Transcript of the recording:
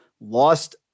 lost